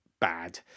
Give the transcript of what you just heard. bad